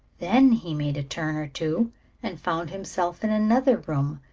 then he made a turn or two and found himself in another room,